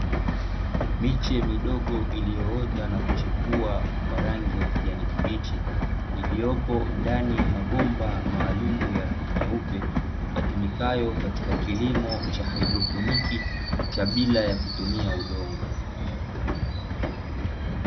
Miche midogo iliyoota na kuchipua kwa rangi ya kijani kibichi, iliyopo ndani ya mabomba maalumu ya rangi nyeupe, yatumikayo katika kilimo cha haidroponi cha bila ya kutumia udongo.